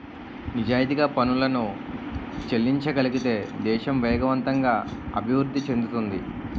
నిజాయితీగా పనులను చెల్లించగలిగితే దేశం వేగవంతంగా అభివృద్ధి చెందుతుంది